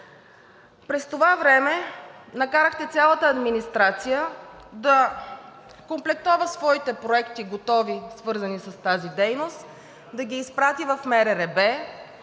През това време накарахте цялата администрация да комплектува своите готови проекти, свързани с тази дейност, да ги изпрати в МРРБ.